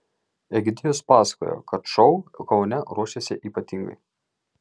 egidijus pasakoja kad šou kaune ruošiasi ypatingai